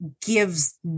gives